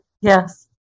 Yes